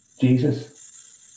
Jesus